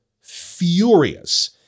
furious